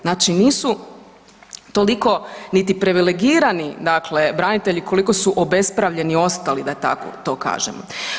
Znači nisu toliko niti privilegirani dakle branitelji koliko su obespravljeni ostali da tako to kažem.